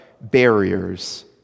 barriers